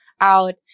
out